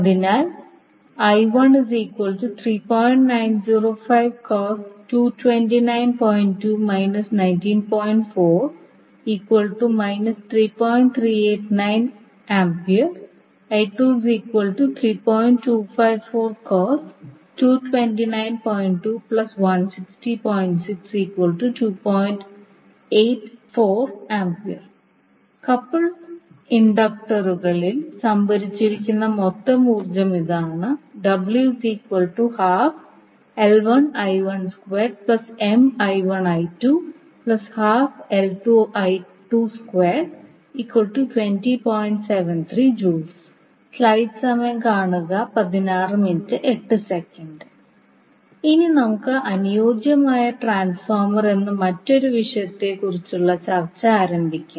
അതിനാൽ കപ്പിൾഡ് ഇൻഡക്ടറുകളിൽ സംഭരിച്ചിരിക്കുന്ന മൊത്തം ഊർജ്ജം ഇതാണ് ഇനി നമുക്ക് അനുയോജ്യമായ ട്രാൻസ്ഫോർമർ എന്ന മറ്റൊരു വിഷയത്തെക്കുറിച്ചുള്ള ചർച്ച ആരംഭിക്കാം